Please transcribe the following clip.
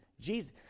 Jesus